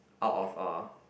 out of a